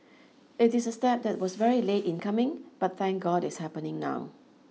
it is a step that was very late in coming but thank God it's happening now